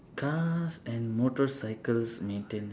cars and motorcycles maintenance